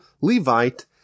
Levite